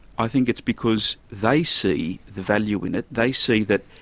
i think it's because they see the value in it, they see that